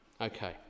Okay